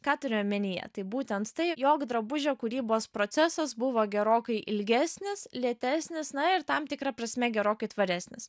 ką turiu omenyje tai būtent tai jog drabužio kūrybos procesas buvo gerokai ilgesnis lėtesnis na ir tam tikra prasme gerokai tvaresnis